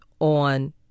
on